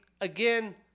again